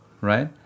right